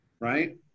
right